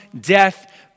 death